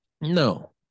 No